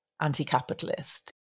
anti-capitalist